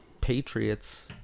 Patriots